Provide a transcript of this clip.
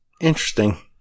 Interesting